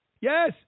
Yes